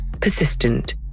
Persistent